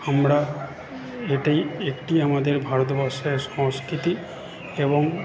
আমরা এটাই একটি আমাদের ভারতবর্ষের সংস্কৃতি এবং